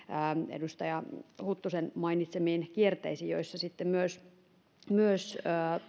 edustaja huttusen mainitsemiin kierteisiin joissa sitten myös myös